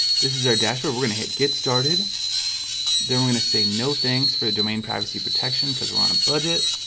this is our dashboard. we're gonna hit get started then we're gonna say no. thanks for the domain privacy protection because we're on a budget